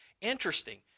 Interesting